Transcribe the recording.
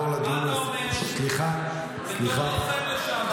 מה אתה אומר, בתור לוחם לשעבר?